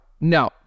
No